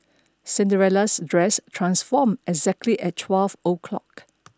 Cinderella's dress transformed exactly at twelve o'clock